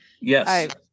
yes